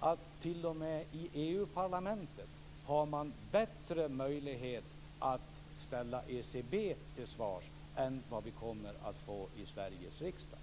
att man t.o.m. i EU-parlamentet har bättre möjligheter att ställa ECB till svars än vad vi kommer att få i Sveriges riksdag.